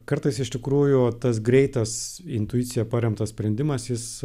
kartais iš tikrųjų tas greitas intuicija paremtas sprendimas jis